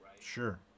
Sure